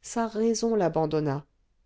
sa raison l'abandonna